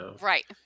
Right